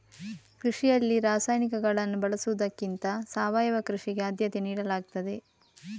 ಕೃಷಿಯಲ್ಲಿ ರಾಸಾಯನಿಕಗಳನ್ನು ಬಳಸುವುದಕ್ಕಿಂತ ಸಾವಯವ ಕೃಷಿಗೆ ಆದ್ಯತೆ ನೀಡಲಾಗ್ತದೆ